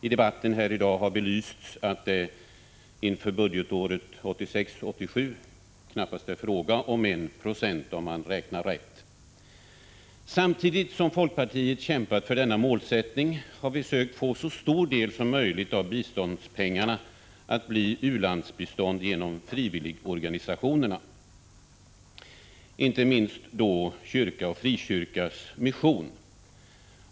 I debatten här i dag har belysts att det inför budgetåret 1986/87 knappast är ens 1 76, om man räknar rätt. Samtidigt som folkpartiet kämpat för denna målsättning har vi sökt få så stor del som möjligt av biståndspengarna att bli u-landsbistånd genom frivilligorganisationerna, inte minst kyrkans och frikyrkornas mission.